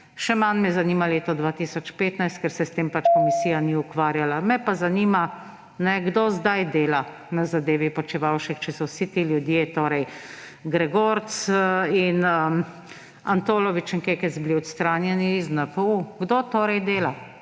še manj me zanima leto 2015, ker se s tem pač komisija ni ukvarjala. Me pa zanima: Kdo zdaj dela na zadevi Počivalšek, če so vsi ti ljudje, torej Gregorc, Antolovič in Kekec, bili odstranjeni iz NPU? Kdo torej dela